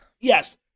Yes